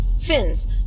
Fins